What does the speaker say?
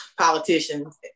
politicians